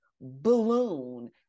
balloon